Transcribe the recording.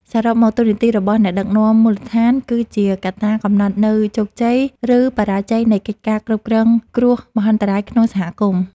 សរុបមក តួនាទីរបស់អ្នកដឹកនាំមូលដ្ឋានគឺជាកត្តាកំណត់នូវជោគជ័យ ឬបរាជ័យនៃកិច្ចការគ្រប់គ្រងគ្រោះមហន្តរាយក្នុងសហគមន៍។